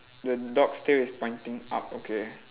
the dog's tail is pointing up okay